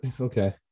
okay